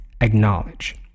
acknowledge